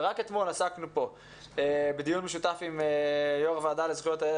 ורק אתמול עסקנו פה בדיון משותף עם יו"ר הוועדה לזכויות הילד,